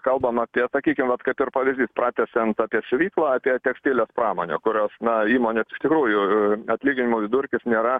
kalbam apie sakykim vat kaip ir pavyzdys pratęsiant apie siuvyklą apie tekstilės pramonę kurios na įmonės iš tikrųjų atlyginimų vidurkis nėra